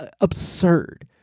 absurd